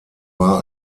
war